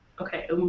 Okay